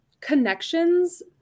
connections